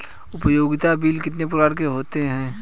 उपयोगिता बिल कितने प्रकार के होते हैं?